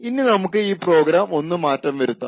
ഇനി നമുക്ക് ഈ പ്രോഗ്രാം ഒന്ന് മാറ്റം വരുത്താം